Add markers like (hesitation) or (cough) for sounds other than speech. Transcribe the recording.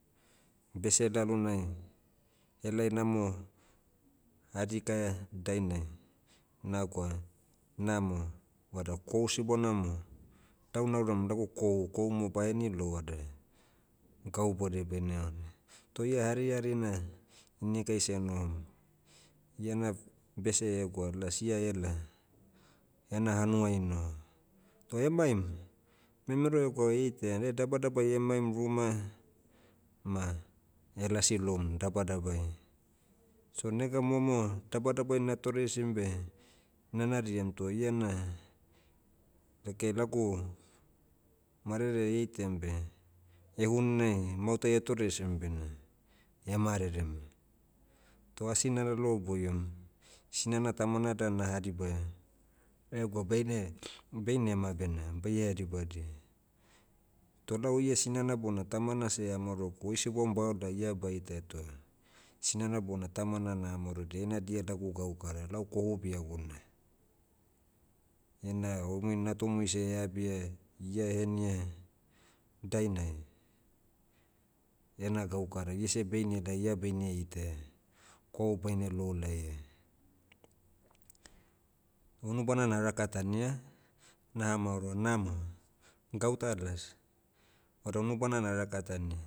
Bese lalonai, helai namo, hadikaia dainai, nagwa, namo, vada kohu sibona mo, lau nauram lagu kohu, kohu mo baheni lou vada, gau boudei baine ore. Toh ia harihari na, inikai senohom. Iana bese egwa las ia ela, ena hanuai noho. Toh emaim, memero egwa eitaia na dabadabai emaim ruma, ma, elasi loum dabadabai. So nega momo dabadabai natore isim beh, na nariam toh iana, lakiai lagu, marere eitaiam beh, hehuninai mautai etoreisim bena, (hesitation) marerem. Toh asi nalaloa boiom, sinana tamana dan naha dibaia, egwa baine- (noise) bainema bena baiea dibadia. Toh lau ia sinana bona tamana seh ea maorogu oi sibom baola ia baitaia toh, sinana bona tamana naha maorodia heina dia lagu gaukara. Lau kohu biaguna. Ina umui natumui seh eabia, ia ehenia, dainai, ena gaukara. Iese beinela ia beine itaia, kohu bania lou laia. Unubana na rakatania. Naha maoroa namo, gauta las, vada unubana na rakatania.